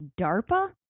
DARPA